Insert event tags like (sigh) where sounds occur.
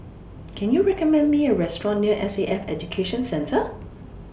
(noise) Can YOU recommend Me A Restaurant near S A F Education Centre